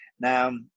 Now